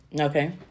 Okay